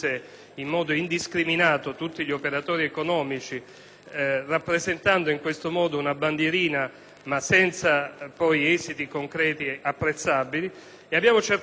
rappresentando in questo modo una bandierina senza esiti concreti apprezzabili. Abbiamo altresì cercato di evitare l'inserimento di un'ulteriore norma penale,